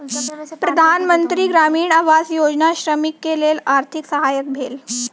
प्रधान मंत्री ग्रामीण आवास योजना श्रमिकक लेल आर्थिक सहायक भेल